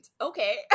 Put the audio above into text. Okay